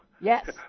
Yes